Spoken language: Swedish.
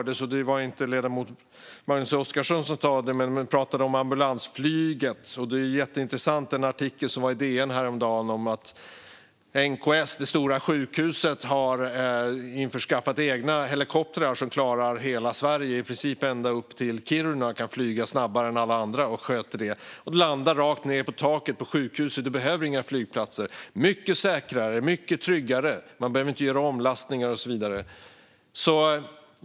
Det var inte ledamoten Magnus Oscarsson som sa det. Det talades om ambulansflyget. Det var en jätteintressant artikel i DN häromdagen. NKS, det stora sjukhuset, har införskaffat egna helikoptrar som klarar hela Sverige i princip ändå upp till Kiruna och kan flyga snabbare än alla andra. De sköter det, landar rakt ned på taket till sjukhuset och behöver inga flygplatser. Det är mycket säkrare och tryggare. Man behöver inte göra omlastningar, och så vidare.